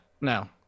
no